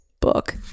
book